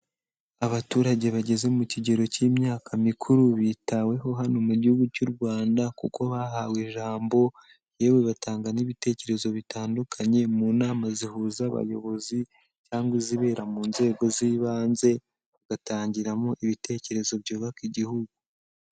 Abaturage bageze mu kigero cy'imyaka mikuru bitaweho hano mu gihugu cy'u Rwanda kuko bahawe ijambo, yewe batanga n'ibitekerezo bitandukanye mu nama zihuza abayobozi cyangwa izibera mu nzego z'ibanze, bagatangiramo ibitekerezo byubaka igihugu.